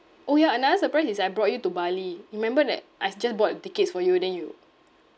orh ya another surprise is I brought you to bali remember that I just bought the tickets for you then you